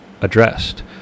addressed